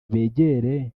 begera